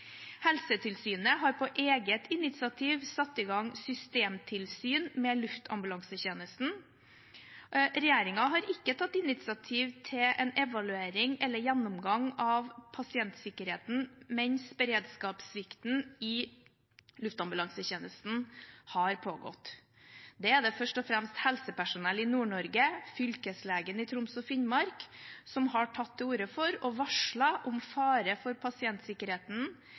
Helsetilsynet har på eget initiativ satt i gang systemtilsyn med luftambulansetjenesten. Regjeringen har ikke tatt initiativ til en evaluering eller gjennomgang av pasientsikkerheten mens beredskapssvikten i luftambulansetjenesten har pågått. Det er først og fremst helsepersonell i Nord-Norge og fylkeslegen i Troms og Finnmark som har tatt til orde for og varslet om fare for pasientsikkerheten.